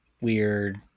weird